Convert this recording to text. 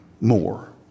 more